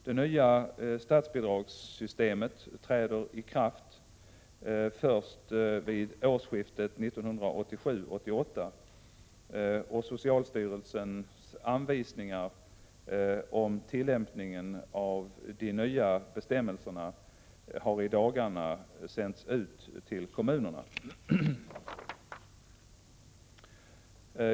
Det nya statsbidragssystemet träder i kraft först vid årsskiftet 1987-1988, socialstyrelsens anvisningar om tillämpningen av de nya bestämmelserna har i dagarna sänts ut till kommunerna.